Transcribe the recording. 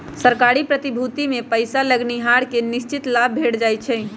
सरकारी प्रतिभूतिमें पइसा लगैनिहार के निश्चित लाभ भेंट जाइ छइ